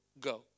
go